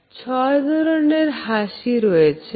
6 ধরনের হাসি রয়েছে